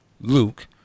Luke